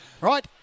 right